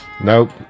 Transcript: Nope